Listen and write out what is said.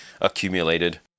accumulated